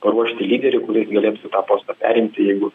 paruošti lyderį kuris galėtų tą postą perimti jeigu